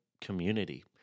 community